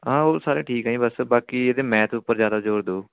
ਹਾਂ ਉਹ ਸਾਰੇ ਠੀਕ ਆ ਜੀ ਬਸ ਬਾਕੀ ਇਹਦੇ ਮੈਥ ਉੱਪਰ ਜ਼ਿਆਦਾ ਜ਼ੋਰ ਦਓ